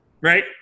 right